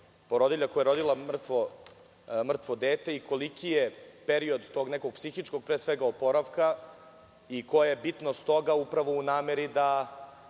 porodilja koja je rodila mrtvo dete i koliki je period tog nekog psihičkog pre svega oporavka i koja je bitnost toga upravo u nameri da